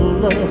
love